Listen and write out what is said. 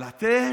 אבל אתם,